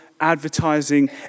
advertising